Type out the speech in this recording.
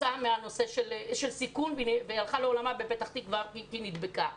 כתוצאה מסיכון והלכה לעולמה כי היא נדבקה בקורונה.